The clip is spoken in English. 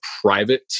private